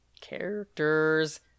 Characters